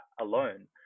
alone